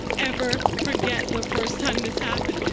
ever forget the first time this happened.